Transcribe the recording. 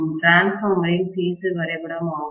டிரான்ஸ்பார்மரின் பேஸர் வரைபடம் ஆகும்